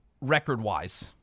record-wise